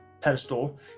pedestal